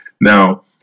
Now